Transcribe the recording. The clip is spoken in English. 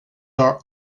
are